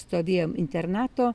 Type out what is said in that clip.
stovėjom internato